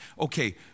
okay